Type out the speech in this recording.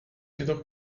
jedoch